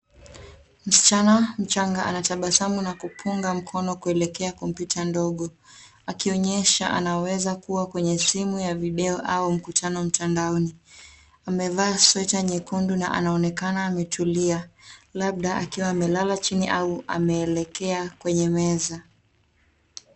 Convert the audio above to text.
Msichana mchanga anatabasamu na kupunga mkono kuelekea kompyuta ndogo, akionyesha anaweza kua kwenye simu ya video au mkutano mtandaoni. Amevaa sweta nyekundu na anaonekana ametulia, labda akiwa amelala chini au ameelekea kwenye meza.